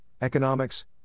economics